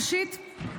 ראשית,